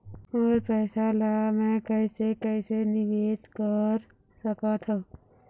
मोर पैसा ला मैं कैसे कैसे निवेश कर सकत हो?